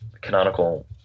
Canonical